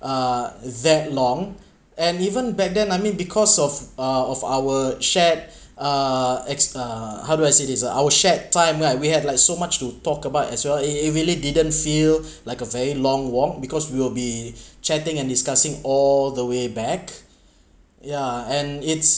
uh that long and even back then I mean because of uh of our shared uh ex uh how do I say this ah our shared time like we had like so much to talk about as well it it really didn't feel like a very long walk because we will be chatting and discussing all the way back yeah and it's